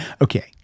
Okay